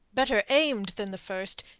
better aimed than the first,